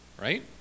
Right